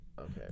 Okay